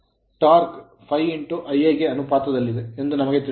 Torque torque ∅ Ia ಗೆ ಅನುಪಾತದಲ್ಲಿದೆ ಎಂದು ನಮಗೆ ತಿಳಿದಿದೆ